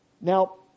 Now